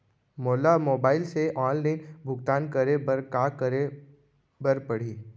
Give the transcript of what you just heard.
मोला मोबाइल से ऑनलाइन भुगतान करे बर का करे बर पड़ही?